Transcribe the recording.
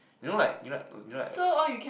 you know like you know like you know like